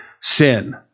sin